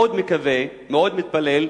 מאוד מקווה, מאוד מתפלל,